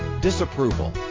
disapproval